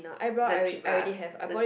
the tip ah the